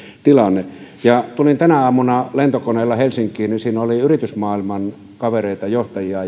tilanne tulin tänä aamuna lentokoneella helsinkiin ja siinä oli yritysmaailman kavereita johtajia